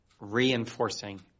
reinforcing